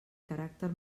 caràcter